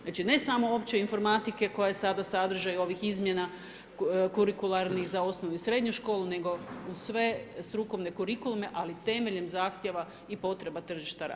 Znači ne samo opće informatike koja je sada sadržaj ovih izmjena kurikularnih za osnovnu i srednju školu nego u sve strukturne kurikulume ali temeljem zahtjeva i potreba tržišta rada.